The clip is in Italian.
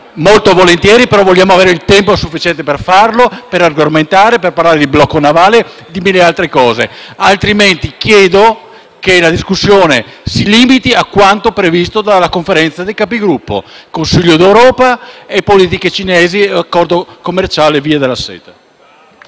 molto volentieri, però vogliamo avere il tempo sufficiente per farlo, per argomentare, per parlare di blocco navale e di mille altre cose. Altrimenti chiedo che la discussione si limiti a quanto previsto dalla Conferenza dei Capigruppo: Consiglio europeo, politiche commerciali con i cinesi e accordo Via della Seta.